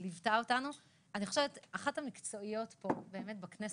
שליוותה אותנו היא אחת המקצועיות בכנסת